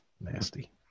Nasty